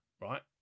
right